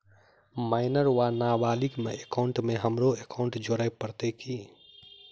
Minor वा नबालिग केँ एकाउंटमे हमरो एकाउन्ट जोड़य पड़त की?